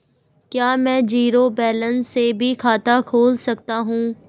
क्या में zero balance से भी खाता खोल सकता हूँ?